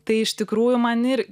tai iš tikrųjų man ir